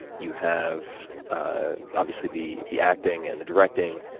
you have and obviously the the acting and the directing,